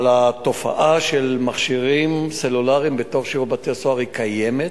אבל התופעה של מכשירים סלולריים בתוך שירות בתי-הסוהר קיימת.